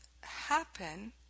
happen